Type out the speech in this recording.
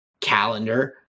calendar